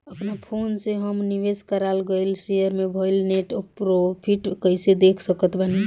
अपना फोन मे हम निवेश कराल गएल शेयर मे भएल नेट प्रॉफ़िट कइसे देख सकत बानी?